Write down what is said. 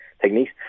Techniques